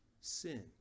sin